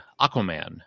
Aquaman